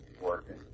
working